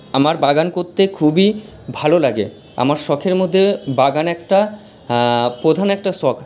আমার বাগান করতে খুবই ভালো লাগে আমার শখের মধ্যে বাগান একটা প্রধান একটা শখ